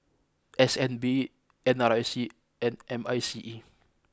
S N B N R I C and M I C E